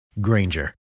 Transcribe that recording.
Granger